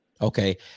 Okay